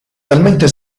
talmente